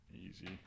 Easy